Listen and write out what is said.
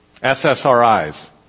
SSRIs